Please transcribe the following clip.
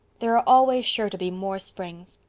there are always sure to be more springs.